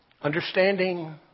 Understanding